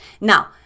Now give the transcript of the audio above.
now